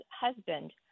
husband